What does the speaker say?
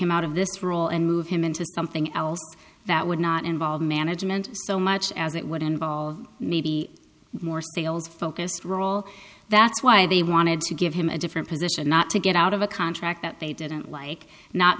him out of this role and move him into something else that would not involve management so much as it would involve maybe more sales focused role that's why they wanted to give him a different position not to get out of a contract that they didn't like not